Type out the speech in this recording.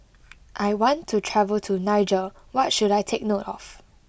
I want to travel to Niger what should I take note of